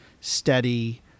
steady